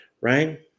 right